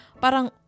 parang